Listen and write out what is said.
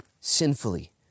sinfully